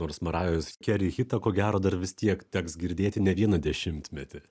nors marajos keri hitą ko gero dar vis tiek teks girdėti ne vieną dešimtmetį